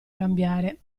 cambiare